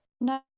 no